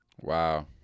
Wow